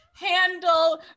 handle